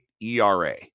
ERA